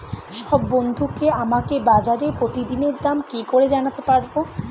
সব বন্ধুকে আমাকে বাজারের প্রতিদিনের দাম কি করে জানাতে পারবো?